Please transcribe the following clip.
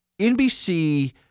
NBC